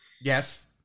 Yes